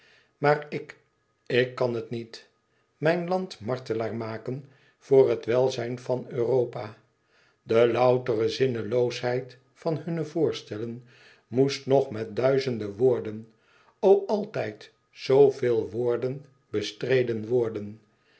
maar ik ik kàn het niet mijn land martelaar maken voor het welzijn van europa de loutere zinneloosheid van hunne voorstellen moest nog met duizenden woorden o altijd zooveel wrden bestreden worden